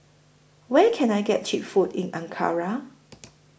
Where Can I get Cheap Food in Ankara